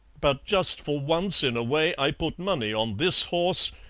but just for once in a way i put money on this horse,